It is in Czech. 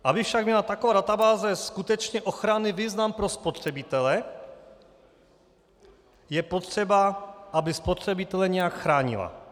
Aby však měla taková databáze skutečně ochranný význam pro spotřebitele, je potřeba, aby spotřebitele nějak chránila.